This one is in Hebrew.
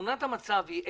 תמונת המצב היא,